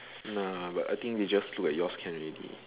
nah but I think we just look at yours can already